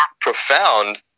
profound